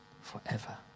forever